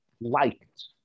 liked